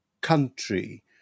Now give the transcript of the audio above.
country